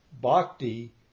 bhakti